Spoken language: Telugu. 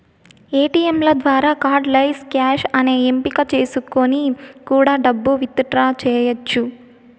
ఏటీయంల ద్వారా కార్డ్ లెస్ క్యాష్ అనే ఎంపిక చేసుకొని కూడా డబ్బు విత్ డ్రా చెయ్యచ్చు